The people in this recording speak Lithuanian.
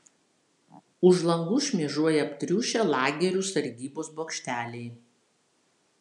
už langų šmėžuoja aptriušę lagerių sargybos bokšteliai